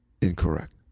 incorrect